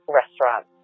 restaurant